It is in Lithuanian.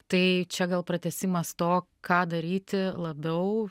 tai čia gal pratęsimas to ką daryti labiau